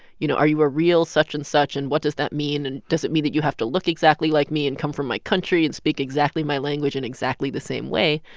you know are you for ah real such and such, and what does that mean, and does it mean that you have to look exactly like me and come from my country and speak exactly my language in exactly the same way?